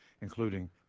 including